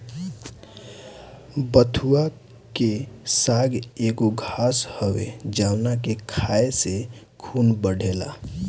बथुआ के साग एगो घास हवे जावना के खाए से खून बढ़ेला